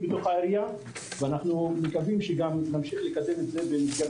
בתוך העירייה ואנחנו מקווים שגם נמשיך לקדם את זה במסגרת